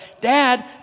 Dad